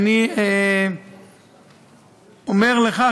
ואני אומר לך,